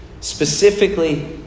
specifically